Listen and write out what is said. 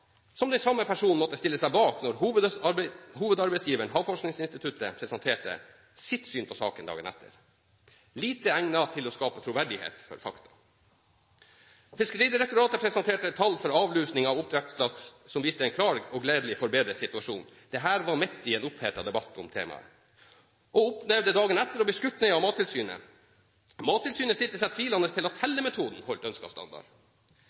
samme personen måtte stille seg bak når hovedarbeidsgiveren, Havforskningsinstituttet, presenterte sitt syn på saken dagen etter. Dette er lite egnet til å skape troverdighet for fakta. Fiskeridirektoratet presenterte tall for avlusing av oppdrettslaks som viste en klar og gledelig forbedret situasjon – dette var midt i en opphetet debatt om temaet – og opplevde dagen etter å bli skutt ned av Mattilsynet. Mattilsynet stilte seg tvilende til om tellemetoden holdt ønsket standard.